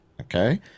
okay